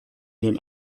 den